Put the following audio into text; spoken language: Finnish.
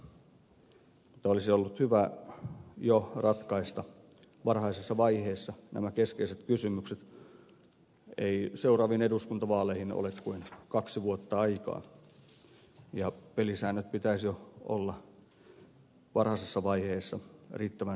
mutta olisi ollut hyvä jo ratkaista varhaisessa vaiheessa nämä keskeiset kysymykset ei seuraaviin eduskuntavaaleihin ole kuin kaksi vuotta aikaa ja pelisääntöjen pitäisi jo olla varhaisessa vaiheessa riittävän selviä